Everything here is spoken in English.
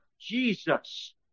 Jesus